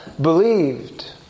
believed